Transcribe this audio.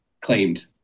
claimed